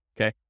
okay